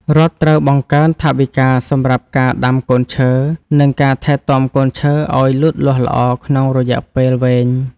រដ្ឋត្រូវបង្កើនថវិកាសម្រាប់ការដាំកូនឈើ និងការថែទាំកូនឈើឱ្យលូតលាស់ល្អក្នុងរយៈពេលវែង។